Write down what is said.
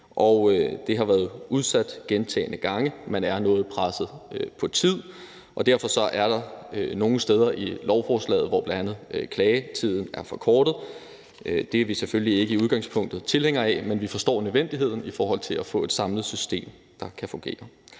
og det har været udsat gentagne gange. Man er noget presset på tid, og derfor er der nogle steder i lovforslaget, hvor bl.a. klagetiden er forkortet. Det er vi selvfølgelig ikke i udgangspunktet tilhængere af, men vi forstår nødvendigheden i forhold til at få et samlet system, der kan fungere.